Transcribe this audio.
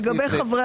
לגבי חברי המועצה.